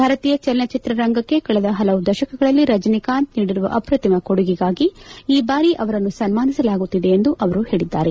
ಭಾರತೀಯ ಚಲನಚಿತ್ರ ರಂಗಕ್ಕೆ ಕಳೆದ ಹಲವು ದಶಕಗಳಲ್ಲಿ ರಜನಿಕಾಂತ್ ನೀಡಿರುವ ಅಪ್ರತಿಮ ಕೊಡುಗೆಗಾಗಿ ಈ ಬಾರಿ ಅವರನ್ನು ಸನ್ನಾನಿಸಲಾಗುತ್ತಿದೆ ಎಂದು ಅವರ ಹೇಳಿದ್ದಾರೆ